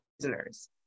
prisoners